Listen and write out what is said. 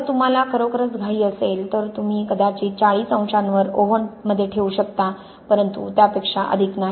जर तुम्हाला खरोखरच घाई असेल तर तुम्ही कदाचित 40 अंशांवर ओव्हनमध्ये ठेवू शकता परंतु अधिक नाही